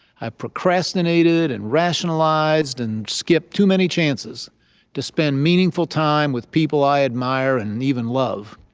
i procrastinated and rationalized and skipped too many chances to spend meaningful time with people i admire and even love.